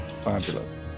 Fabulous